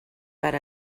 per